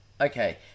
Okay